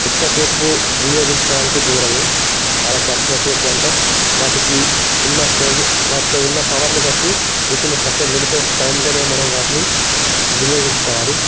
ఎక్కువసేపు వినియోగించుకోవడానికి కుదరదు చాలా తక్కువ సేపు అంటే వాటికి ఉన్న స్టేబు వాటిలో ఉన్న పవర్ని బట్టి వితిన్ సర్టెన్ లిమిట్ ఆఫ్ టైంలోనే మనం వాటిని వినియోగించుకోవాలి